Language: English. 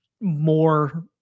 more